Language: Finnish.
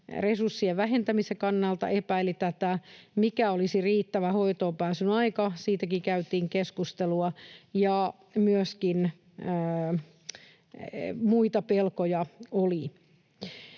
resurssien vähentämisen kannalta epäili tätä, mikä olisi riittävä hoitoonpääsyn aika. Siitäkin käytiin keskustelua. Ja myöskin muita pelkoja oli.